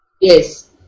Yes